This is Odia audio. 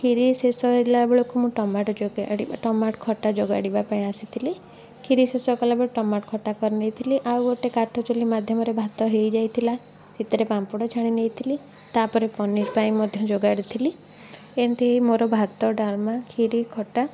କ୍ଷୀରି ଶେଷ ହେଲା ବେଳକୁ ମୁଁ ଟମାଟୋ ଜୋଗାଡ଼ି ଟମାଟୋ ଖଟା ଜୋଗାଡ଼ିବା ପାଇଁ ଆସିଥିଲି କ୍ଷୀରି ଶେଷ କଲାବେଳେ ଟମାଟୋ ଖଟା କରିନେଇଥିଲେ ଆଉ ଗୋଟେ କାଠ ଚୂଲି ମାଧ୍ୟମରେ ଭାତ ହୋଇଯାଇଥିଲା ସେଥିରେ ପାମ୍ପଡ଼ ଛାଣି ନେଇଥିଲି ତାପରେ ପନିର୍ ପାଇଁ ମଧ୍ୟ ଜୋଗାଡ଼ିଥିଲି ଏମିତି ହୋଇ ମୋର ଭାତ ଡ଼ାଲମା କ୍ଷୀରି ଖଟା